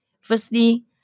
Firstly